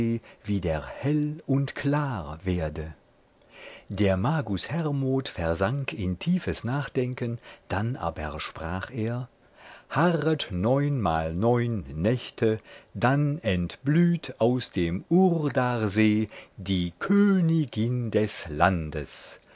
wieder hell und klar werde der magus hermod versank in tiefes nachdenken dann aber sprach er harret neunmal neun nächte dann entblüht aus dem urdarsee die königin des landes